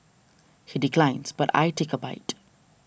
he declines but I take a bite